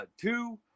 two